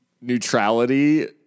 neutrality